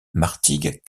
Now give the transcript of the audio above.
martigues